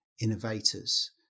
innovators